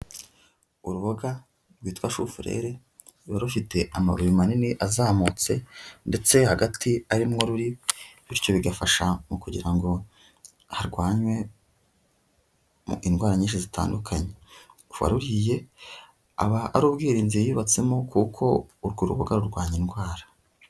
Uruboga rwitwa shufurere ruba rufite amababi manini azamutse ndetse hagati ari mwo ruri bityo bigafasha mu kugira ngo harwanywe indwara nyinshi zitandukanye, uwaruriye aba ari ubwirinzi yiyubatsemo kuko urwo ruboga rurwanya indwara.